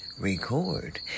record